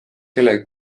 kellega